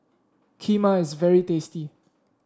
Kheema is very tasty